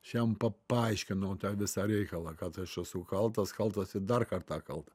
aš jam pa paaiškinau tą visą reikalą kad aš esu kaltas kaltas ir dar kartą kalta